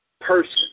person